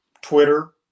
Twitter